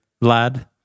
lad